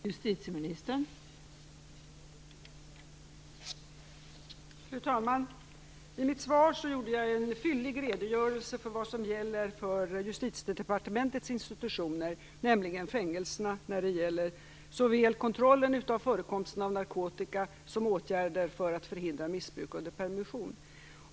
Fru talman! I mitt svar gav jag en fyllig redogörelse för vad som gäller för Justitiedepartementets institutioner, nämligen fängelserna, när det gäller såväl kontroll av förekomsten av narkotika som åtgärder för att förhindra missbruk under permission.